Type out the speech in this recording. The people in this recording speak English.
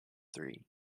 theory